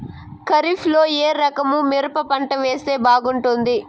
ఖరీఫ్ లో ఏ రకము మిరప పంట వేస్తే బాగుంటుంది